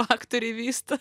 aktoriai vysta